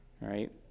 Right